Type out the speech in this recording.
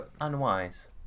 unwise